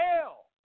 hell